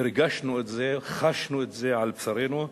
הרגשנו את זה, חשנו את זה על בשרנו?